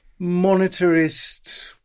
monetarist